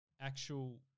actual